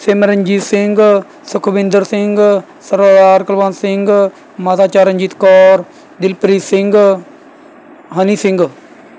ਸਿਮਰਨਜੀਤ ਸਿੰਘ ਸੁਖਵਿੰਦਰ ਸਿੰਘ ਸਰਦਾਰ ਕੁਲਵੰਤ ਸਿੰਘ ਮਾਤਾ ਚਰਨਜੀਤ ਕੌਰ ਦਿਲਪ੍ਰੀਤ ਸਿੰਘ ਹਨੀ ਸਿੰਘ